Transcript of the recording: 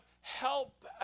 help